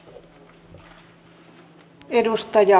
rouva puhemies